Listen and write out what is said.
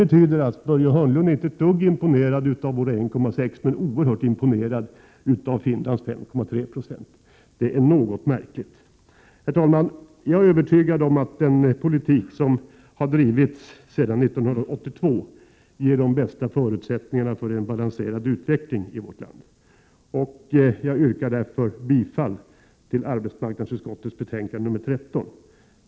Börje Hörnlund är alltså inte ett dugg imponerad av vår arbetslöshet på 1,6 26 men oerhört imponerad av Finlands 5,3 26. Det är något märkligt. Herr talman! Jag är övertygad om att den politik som vi har drivit sedan 1982 ger de bästa förutsättningarna för en balanserad utveckling i vårt land. Jag yrkar bifall till arbetsmarknadsutskottets hemställan i betänkande 13.